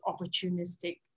opportunistic